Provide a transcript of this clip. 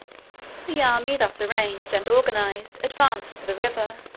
the army, thus arranged and organized, advanced to the river.